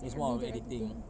is more of editing